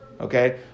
Okay